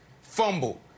fumble